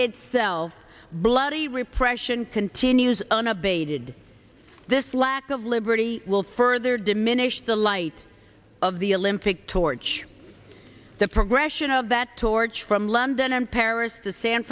itself bloody repression continues unabated this lack of liberty will further diminish the light of the olympic torch the progression of that torch from london and paris to san